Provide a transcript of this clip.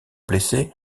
blessé